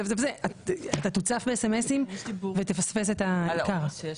אתה תוצף ב-SMS ותפספס את העיקר.